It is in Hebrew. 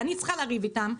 ואני צריכה לריב איתם,